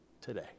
Today